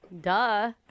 Duh